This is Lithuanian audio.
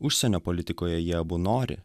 užsienio politikoje jie abu nori